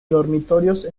dormitorios